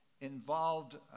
involved